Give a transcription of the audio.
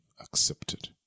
accepted